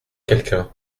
quelqu’un